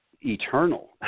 eternal